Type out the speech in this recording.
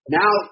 now